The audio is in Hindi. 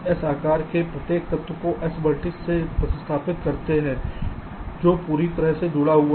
आप s आकार के प्रत्येक तत्व को s वेर्तिसेस से प्रतिस्थापित करते हैं जो पूरी तरह से जुड़ा हुए है